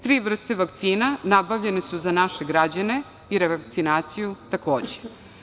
Tri vrste vakcina nabavljene su za naše građane i revakcinaciju takođe.